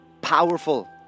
powerful